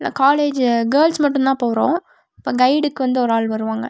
இல்லை college girls மட்டும்தான் போகிறோம் அப்புறம் கைடுக்கு வந்து ஒரு ஆள் வருவாங்க